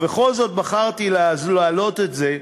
ובכל זאת בחרתי להעלות את זה,